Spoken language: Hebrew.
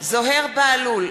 זוהיר בהלול,